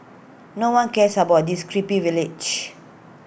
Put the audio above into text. no one cares about this crappy village